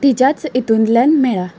तिच्याच हेतूंतल्यान मेळ्ळा